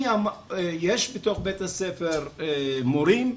יש בתוך בית הספר מורים,